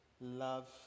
love